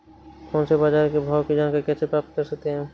Phone से बाजार के भाव की जानकारी कैसे प्राप्त कर सकते हैं?